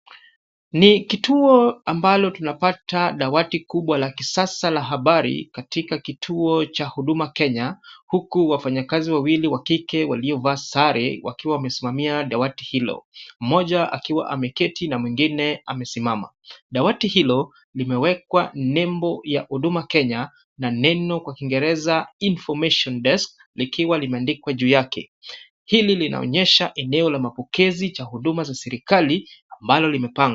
Ni kituo ambalo tunapata dawati kubwa la kisasa la habari katika kituo cha huduma Kenya, huku wafanyakazi wawili wa kike waliovaa sare wakiwa wamesimamia dawati hilo. Mmoja akiwa ameketi na mwingine amesimama. Dawati hilo limewekwa nembo ya huduma Kenya na neno kwa kiingereza Information Desk , likiwa limeandikwa juu yake. Hili linaonyesha eneo la mapokezi cha huduma za serikali ambalo limepangwa.